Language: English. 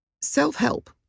self-help